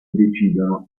decidono